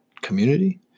community